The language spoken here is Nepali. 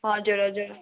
हजुर हजुर